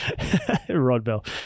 Rodbell